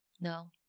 No